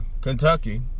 Kentucky